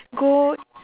go